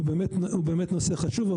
הוא באמת נושא חשוב.